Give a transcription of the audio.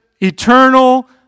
eternal